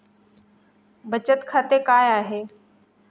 बचत खाते काय आहे?